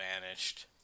vanished